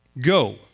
go